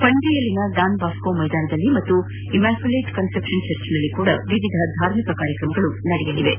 ಪಣಜಿಯಲ್ಲಿನ Don Bosco ಮೈದಾನದಲ್ಲಿ ಹಾಗೂ Immaculate Conception ಚರ್ಚ್ನಲ್ಲಿಯೂ ವಿವಿಧ ಧಾರ್ಮಿಕ ಕಾರ್ಯಕ್ರಮಗಳು ನಡೆಯಲಿವೆ